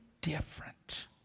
different